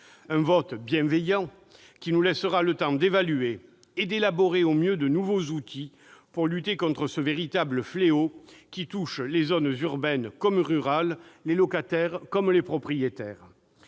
un vote bienveillant, qui nous laissera le temps d'évaluer et d'élaborer au mieux de nouveaux outils pour lutter contre ce véritable fléau qui touche les zones urbaines comme rurales, les locataires comme les propriétaires.